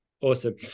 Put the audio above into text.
Awesome